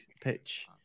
pitch